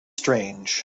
strange